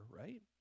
right